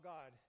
God